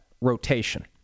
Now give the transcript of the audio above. rotation